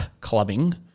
clubbing